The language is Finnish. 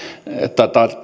tarvita